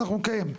אנחנו נקיים,